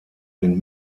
den